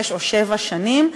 שש או שבע שנים,